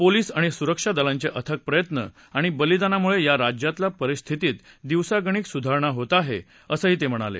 police आणि सुरक्षा दलांचे अथक प्रयत्न आणि बलिदानामुळे या राज्यातल्या परिस्थितीत दिवसागणिक सुधारणा होत आहे असं ते म्हणाले